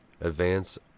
advance